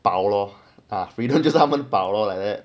宝 lor freedom just 他们宝 lor like that